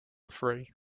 free